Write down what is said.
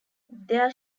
there